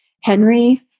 Henry